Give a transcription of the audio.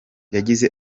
yagize